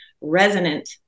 resonant